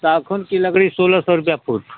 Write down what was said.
सांगवान की लकड़ी सोलह सौ रुपये फुट